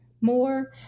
more